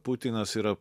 putinas yra